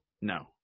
No